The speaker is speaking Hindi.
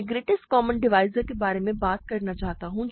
मैं ग्रेटेस्ट कॉमन डिवाइज़र के बारे में बात करना चाहता हूं